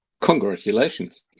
Congratulations